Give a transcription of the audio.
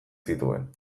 zituen